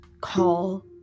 call